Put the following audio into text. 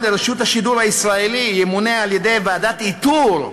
רשות השידור הישראלי ימונה על-ידי ועדת איתור,